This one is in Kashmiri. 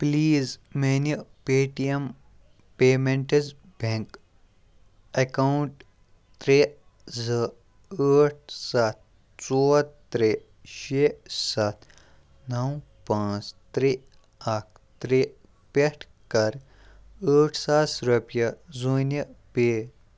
پٕلیٖز میٛانہِ Paytm payments bank account ترٛےٚ زٕ ٲٹھ سَتھ ژور ترٛےٚ شےٚ سَتھ نَو پانٛژھ ترٛےٚ اَکھ ترٛےٚ پٮ۪ٹھ کَر ٲٹھ ساس رۄپیہِ زوٗنہِ پے